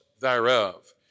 thereof